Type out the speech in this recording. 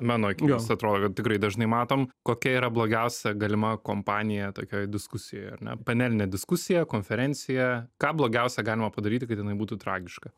mano akimis atrodo kad tikrai dažnai matom kokia yra blogiausia galima kompanija tokioj diskusijoj ar ne panelinė diskusija konferencija ką blogiausia galima padaryti kad jinai būtų tragiška